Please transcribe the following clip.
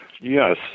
Yes